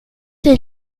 des